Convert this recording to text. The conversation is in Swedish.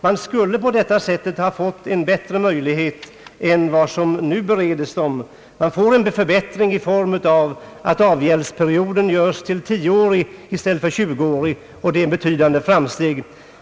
Man skulle på detta sätt ha fått större möjligheter än som nu beredes kommunerna. Det blir en förbättring så till vida att avgäldsperioden görs 10-årig i stället för 20-årig, och detta är ett betydande framsteg.